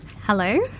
Hello